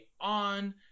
on